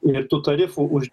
ir tų tarifų už